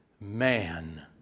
man